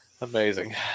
amazing